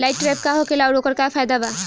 Light trap का होखेला आउर ओकर का फाइदा बा?